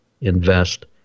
invest